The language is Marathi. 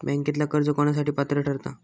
बँकेतला कर्ज कोणासाठी पात्र ठरता?